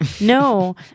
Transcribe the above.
No